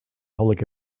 public